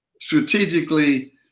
strategically